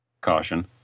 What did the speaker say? caution